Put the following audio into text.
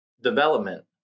development